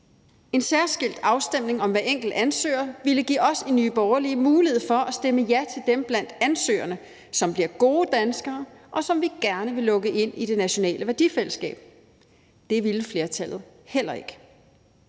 En særskilt afstemning om hver enkelt ansøger ville give os i Nye Borgerlige en mulighed for at stemme ja til dem blandt ansøgerne, som bliver gode danskere, og som vi gerne vil lukke ind i det nationale værdifællesskab. Det ville flertallet heller ikke.